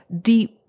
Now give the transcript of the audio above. deep